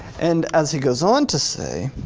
and as he goes on to say,